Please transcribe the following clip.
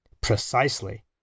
Precisely